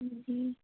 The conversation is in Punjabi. ਹਾਂਜੀ